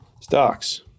stocks